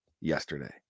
yesterday